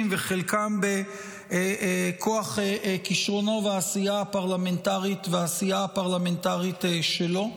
וחלקם בכוח כישרונו והעשייה הפרלמנטרית שלו.